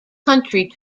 country